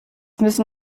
müssen